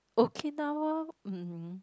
Okinawa mm